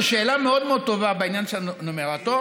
זה שאלה מאוד מאוד טובה בעניין של הנומרטור.